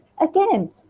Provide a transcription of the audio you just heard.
again